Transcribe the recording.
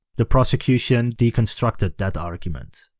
the prosecution deconstructed that argument.